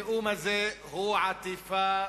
הנאום הזה הוא עטיפה